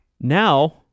Now